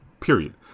Period